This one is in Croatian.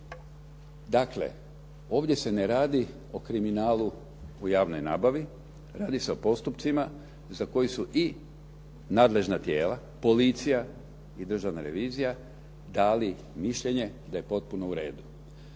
Dakle, ovdje se ne radi o kriminalu u javnoj nabavi, radi se o postupcima za koji su i nadležna tijela, policija i državna revizija dali mišljenje da je potpuno u redu.